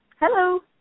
Hello